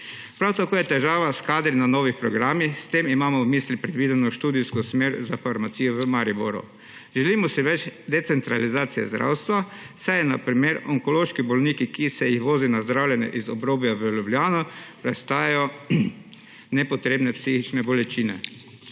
Prav tako je težava s kadri na novih programih. S tem imamo v mislih predvideno študijsko smer za farmacijo v Mariboru. Želimo si več decentralizacije zdravstva, saj na primer onkološki bolniki, ki se jih vozi na zdravljenje iz obrobja v Ljubljano, prestajajo nepotrebne psihične bolečine.